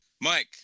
Mike